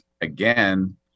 again